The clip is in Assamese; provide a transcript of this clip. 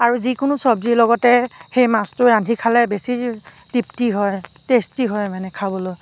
আৰু যিকোনো চব্জিৰ লগতে সেই মাছটো ৰান্ধি খালে বেছি তৃপ্তি হয় টেষ্টি হয় মানে খাবলৈ